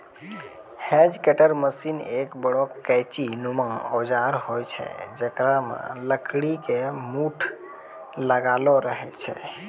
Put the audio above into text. hedge cutter machine एक बड़ो कैंची नुमा औजार होय छै जेकरा मॅ लकड़ी के मूठ लागलो रहै छै